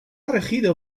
regido